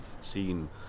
seen